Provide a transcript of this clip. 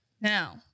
Now